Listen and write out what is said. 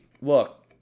look